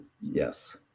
Yes